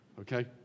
Okay